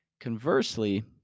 Conversely